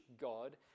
God